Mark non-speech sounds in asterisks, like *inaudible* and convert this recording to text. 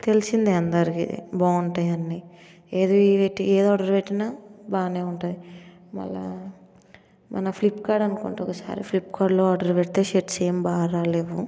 తెలిసింది అందరికి బాగుంటాయని ఏది *unintelligible* ఎదో ఆర్డర్ పెట్టిన బాగానే ఉంటాయి మళ్ళీ మన ఫ్లిప్కార్ట్ అనుకుంటా ఒకసారి ఫ్లిప్కార్ట్లో ఆర్డర్ పెడితే షర్ట్స్ ఏం బాగా రాలేవు